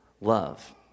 love